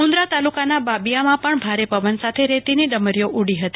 મુન્દ્રા તાલુકાના બાબીયામાં પણ ભારે પવન સાથે રેતીની ડમરીઓ ઉડી હતી